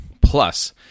Plus